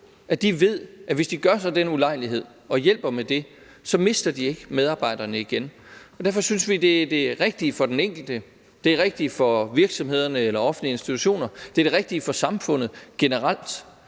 imod, ved, at hvis de gør sig den ulejlighed og hjælper med det, så mister de ikke medarbejderne igen. Derfor synes vi, at det er det rigtige for den enkelte, at det er det rigtige for virksomhederne eller offentlige institutioner, og at det er det rigtige for samfundet generelt.